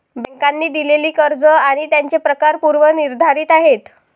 बँकांनी दिलेली कर्ज आणि त्यांचे प्रकार पूर्व निर्धारित आहेत